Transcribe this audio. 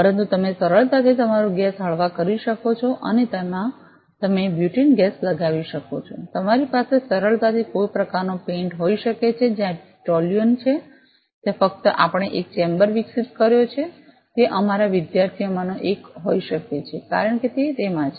પરંતુ તમે સરળતાથી તમારો ગેસ હળવા કરી શકો છો અને તેમાં તમે બ્યુટીન ગેસ લગાવી શકો છો તમારી પાસે સરળતાથી કોઈ પ્રકારનો પેઇન્ટ હોઈ શકે છે જ્યાં ટોલ્યુએન છે ત્યાં ફક્ત આપણે એક ચેમ્બર વિકસિત કર્યો છે તે અમારા વિદ્યાર્થીઓમાંનો એક હોઈ શકે છે કારણ કે તે તેમાં છે